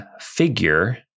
figure